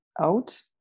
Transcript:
out